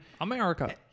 America